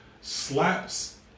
slaps